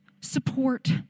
support